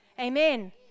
Amen